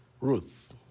Ruth